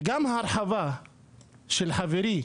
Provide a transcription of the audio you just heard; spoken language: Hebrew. וגם הרחבה של חברי